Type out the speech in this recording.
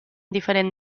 diferent